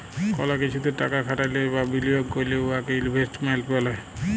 call কিছুতে টাকা খাটাইলে বা বিলিয়গ ক্যইরলে উয়াকে ইলভেস্টমেল্ট ব্যলে